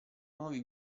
nuovi